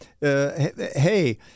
hey